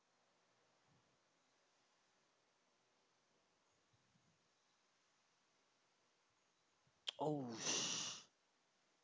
oh